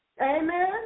Amen